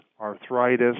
arthritis